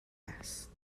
است